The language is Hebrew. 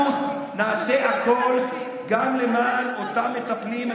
אנחנו נעשה הכול גם למען אותם מטפלים.